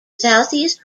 southeast